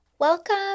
Welcome